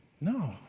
No